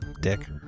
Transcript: Dick